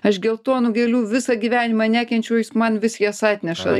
aš geltonų gėlių visą gyvenimą nekenčiu o jis man vis jas atneša